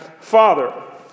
Father